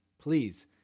please